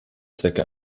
zwecke